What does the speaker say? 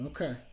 Okay